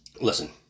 Listen